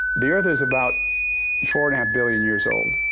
the earth is about four and a half billion years old.